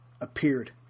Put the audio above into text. appeared